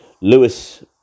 Lewis